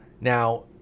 Now